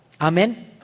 Amen